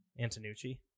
Antonucci